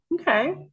Okay